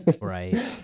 right